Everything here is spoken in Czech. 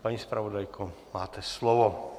Paní zpravodajko, máte slovo.